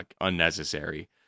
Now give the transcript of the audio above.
unnecessary